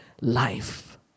life